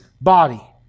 body